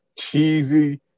cheesy